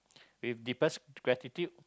with deepest gratitude